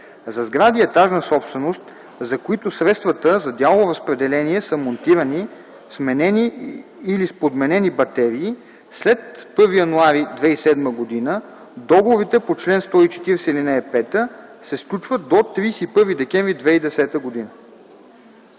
За сгради – етажна собственост, за които средствата за дялово разпределение са монтирани, сменени или са с подменени батерии след 1 януари 2007 г., договорите по чл. 140, ал. 5 се сключват до 31 декември 2010 г.”